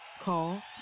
Call